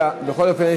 תודה רבה לכולם.